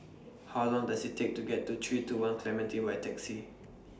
How Long Does IT Take to get to three two one Clementi By Taxi